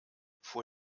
vor